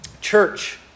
church